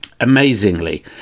amazingly